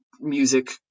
music